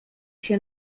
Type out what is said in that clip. się